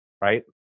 Right